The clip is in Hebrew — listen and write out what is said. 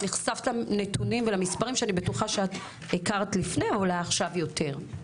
נחשפת לנתונים ולמספרים שאני בטוחה שהכרת לפני כן ואולי עכשיו יותר.